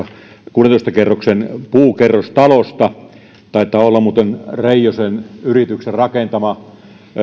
kuudentoista kerroksen puukerrostalosta taitaa muuten olla reijosen yrityksen rakentama